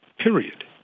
Period